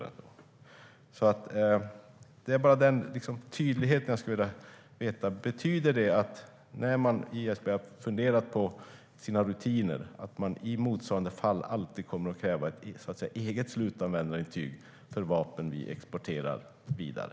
Det är alltså bara den tydligheten jag skulle vilja ha: Betyder det att ISP när man har funderat på sina rutiner har kommit fram till att man i motsvarande fall alltid kommer att kräva ett eget slutanvändarintyg för vapen vi exporterar vidare?